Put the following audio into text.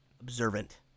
observant